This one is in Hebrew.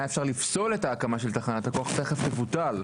אפשר לפסול את ההקמה של תחנת הכוח תיכף תבוטל.